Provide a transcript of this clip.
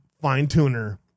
fine-tuner